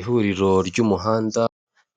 Ihuriro ry'umuhanda